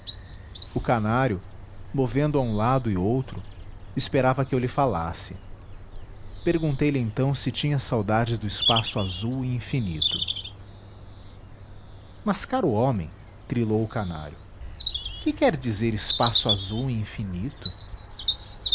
o canário movendo a um lado e outro esperava que eu lhe falasse perguntei-lhe então se tinha saudades do espaço azul e infinito mas caro homem trilou o canário que quer dizer espaço azul e infinito